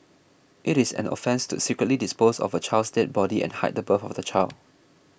it is an offence to secretly dispose of a child's dead body and hide the birth of the child